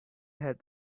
had